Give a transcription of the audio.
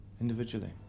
individually